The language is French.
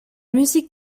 musique